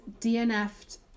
DNF'd